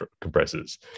compressors